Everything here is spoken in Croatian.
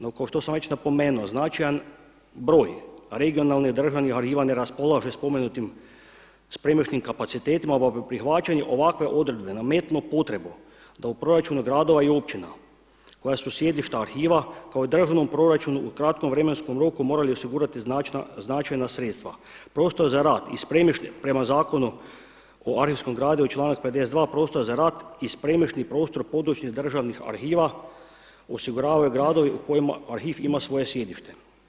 No kao što sam već napomenuo značajan broj regionalnih i državnih arhiva ne raspolaže spomenutim spremišnim kapacitetima pa prihvaćanje ovakve odredbe nametnuo potrebu da u proračunu gradova i općina koja su sjedišta arhiva kao državnom proračunu u kratkom vremenskom roku morali osigurati značajna sredstva, prostor za rad i … prema Zakonu o arhivskom gradivu članak 52. prostora za rad i spremišni prostor područnih državnih arhiva, osiguravaju gradovi u kojima arhiv ima svoje sjedište.